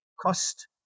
cost